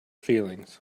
feelings